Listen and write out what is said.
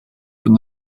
from